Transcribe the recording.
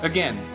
Again